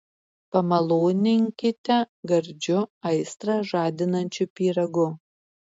pamaloninkite gardžiu aistrą žadinančiu pyragu